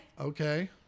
Okay